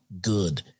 good